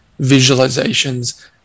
visualizations